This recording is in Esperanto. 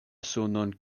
sunon